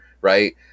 right